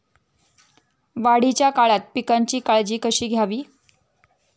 वाढीच्या काळात पिकांची काळजी कशी घ्यावी?